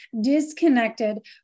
disconnected